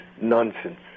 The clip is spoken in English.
nonsense